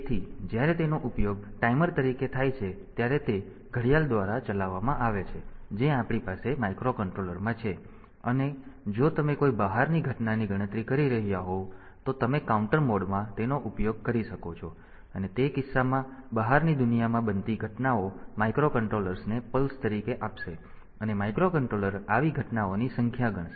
તેથી જ્યારે તેનો ઉપયોગ ટાઈમર તરીકે થાય છે ત્યારે તે ઘડિયાળ દ્વારા ચલાવવામાં આવે છે જે આપણી પાસે માઇક્રોકન્ટ્રોલરમાં છે અને જો તમે કોઈ બહારની ઘટનાની ગણતરી કરી રહ્યાં હોવ તો તમે કાઉન્ટર મોડમાં તેનો ઉપયોગ કરી શકો છો અને તે કિસ્સામાં બહારની દુનિયામાં બનતી ઘટનાઓ માઇક્રોકન્ટ્રોલરને પલ્સ તરીકે આપશે અને માઇક્રોકન્ટ્રોલર આવી ઘટનાઓની સંખ્યા ગણશે